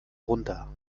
runter